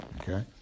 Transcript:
okay